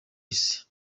isi